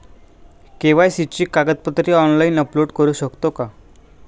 KYC ची कागदपत्रे online upload करू शकतो का?